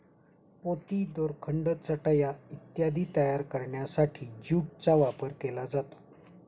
पोती, दोरखंड, चटया इत्यादी तयार करण्यासाठी ज्यूटचा वापर केला जातो